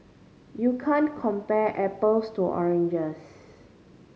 you can't compare apples to oranges